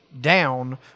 down